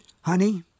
Honey